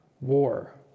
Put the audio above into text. war